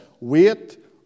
wait